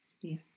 Yes